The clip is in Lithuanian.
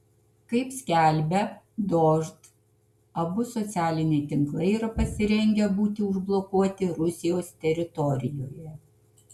kaip skelbia dožd abu socialiniai tinklai yra pasirengę būti užblokuoti rusijos teritorijoje